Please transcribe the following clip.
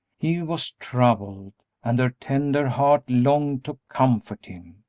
he was troubled, and her tender heart longed to comfort him,